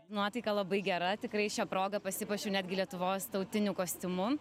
nuotaika labai gera tikrai šia proga pasipuošiau netgi lietuvos tautiniu kostiumu